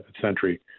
Century